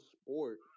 sport